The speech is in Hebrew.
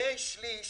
שני שליש